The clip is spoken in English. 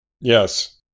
Yes